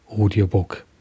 audiobook